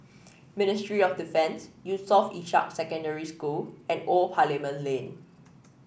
Ministry of Defence Yusof Ishak Secondary School and Old Parliament Lane